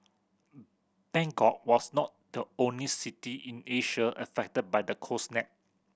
Bangkok was not the only city in Asia affected by the cold snap